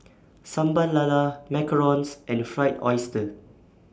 Sambal Lala Macarons and Fried Oyster